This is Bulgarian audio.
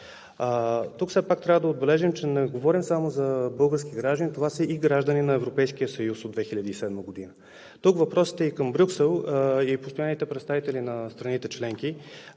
Тук все пак трябва да отбележим, че не говорим само за български граждани, това са граждани на Европейския съюз от 2007 г. Тук въпросът е и към Брюксел и постоянните представители на страните членки